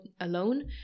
alone